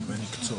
52)